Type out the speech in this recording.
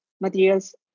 materials